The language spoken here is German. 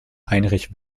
heinrich